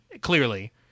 clearly